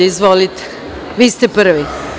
Izvolite, vi ste prvi.